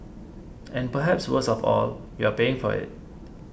and perhaps worst of all you are paying for it